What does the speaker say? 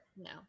no